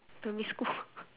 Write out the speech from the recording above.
primary school